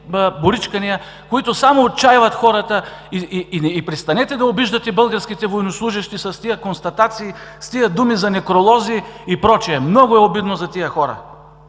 боричкания, които само отчайват хората! И престанете да обиждате българските военнослужещи с тези констатации, с тези думи за некролози и прочее – много е обидно за тях.